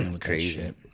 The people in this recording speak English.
crazy